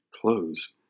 clothes